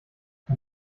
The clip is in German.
man